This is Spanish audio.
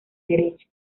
derecho